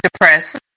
depressed